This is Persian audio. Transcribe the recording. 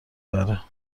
بره